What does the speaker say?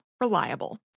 Reliable